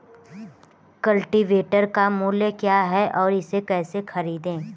Cultivator का मूल्य क्या है और इसे कैसे खरीदें?